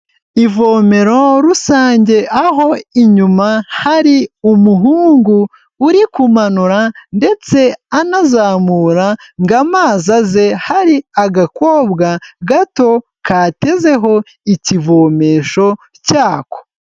Ivomero rusange aho inyuma hari umuhungu uri kumanura ndetse anazamura ngo amazi aze, hari agakobwa gato katezeho ikivomesho cyako.